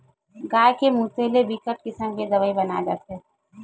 गाय के मूते ले बिकट किसम के दवई बनाए जाथे